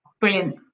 Brilliant